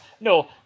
No